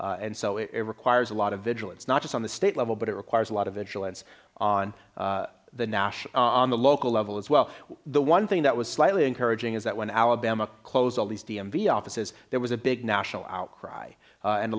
and so it requires a lot of vigilance not just on the state level but it requires a lot of vigilance on the gnash on the local level as well one thing that was slightly encouraging is that when alabama closed all these d m v offices there was a big national outcry and a